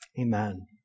Amen